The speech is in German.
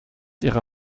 ihre